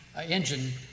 engine